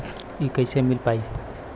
इ कईसे मिल पाई?